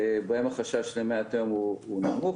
בהם החשש למי התהום הוא נמוך,